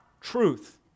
truth